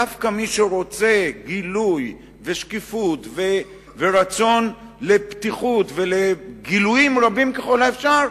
דווקא מי שרוצה גילוי ושקיפות ורצון לפתיחות ולגילויים רבים ככל האפשר,